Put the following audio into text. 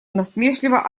насмешливо